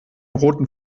roten